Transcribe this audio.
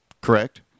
correct